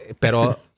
pero